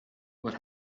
what